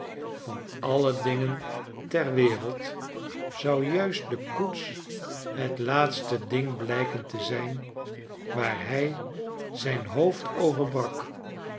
van alle dingen ter wereld naar eichmond en harrisburgh zou juist de koets het laatste ding blijken te zijn waar hij zijn hoofd over brak